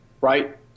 right